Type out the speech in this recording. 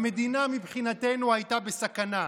המדינה מבחינתנו הייתה בסכנה.